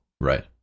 Right